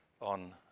on